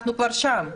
אנחנו כבר שם.